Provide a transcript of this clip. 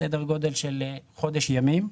סדר-גודל של חודש ימים.